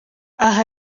aha